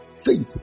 faith